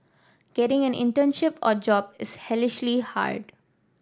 getting an internship or job is hellishly hard